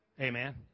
Amen